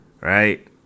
right